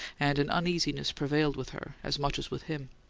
and an uneasiness prevailed with her as much as with him.